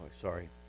sorry